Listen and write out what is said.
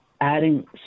adding